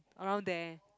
around there